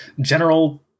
general